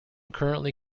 currently